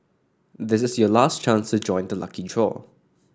this is your last chance to join the lucky draw